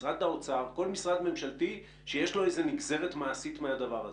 משרד האוצר או כל משרד ממשלתי שיש לו נגזרת מעשית של זה?